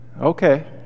Okay